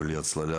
בלי הצללה,